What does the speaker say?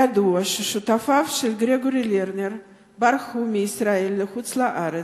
ידוע ששותפיו של גרגורי לרנר ברחו מישראל לחוץ-לארץ,